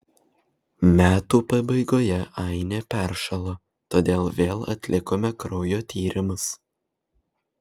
metų pabaigoje ainė peršalo todėl vėl atlikome kraujo tyrimus